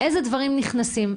- אילו דברים נכנסים.